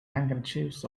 handkerchiefs